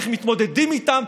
איך מתמודדים איתם,